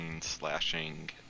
slashing